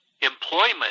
employment